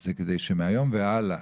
זה כדי שמהיום והלאה,